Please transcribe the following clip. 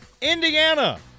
Indiana